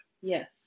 Yes